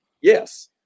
Yes